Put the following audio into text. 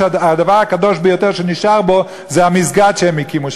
שהדבר הקדוש ביותר שנשאר בה זה המסגד שהם הקימו.